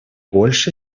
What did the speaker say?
больше